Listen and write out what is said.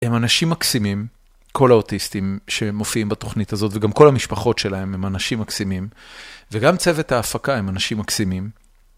הם אנשים מקסימים, כל האוטיסטים שמופיעים בתוכנית הזאת, וגם כל המשפחות שלהם, הם אנשים מקסימים. וגם צוות ההפקה הם אנשים מקסימים.